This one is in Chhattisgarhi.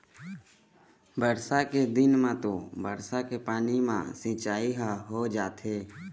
बरसा के दिन म तो बरसा के पानी म सिंचई ह हो जाथे